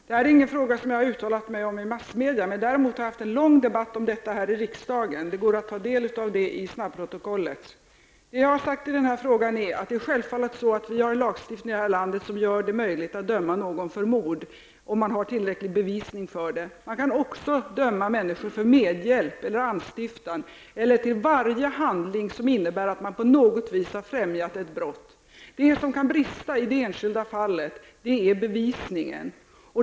Herr talman! I den här frågan har jag inte uttalat mig i massmedia. Däremot har jag deltagit i en lång debatt om detta här i riksdagen. Det går att ta del av den debatten genom att läsa snabbprotokollet. Det jag har sagt i denna fråga är att det självfallet är så, att vi har en lagstiftning i det här landet som gör det möjligt att döma någon för mord om man har tillräcklig bevisning. Man kan också döma människor för medhjälp eller anstiftan, eller till varje handling som innebär att någon på något vis har främjat ett brott. Det som kan brista i det enskilda fallet är bevisningen.